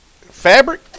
fabric